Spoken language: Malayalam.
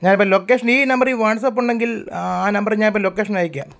ഞാനിപ്പം ലൊക്കേഷൻ ഈ നമ്പറിൽ വാട്സ്ആപ്പുണ്ടെങ്കിൽ ആ നമ്പറിൽ ഞാനിപ്പോൾ ലൊക്കേഷനയക്കാം